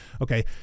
Okay